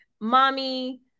mommy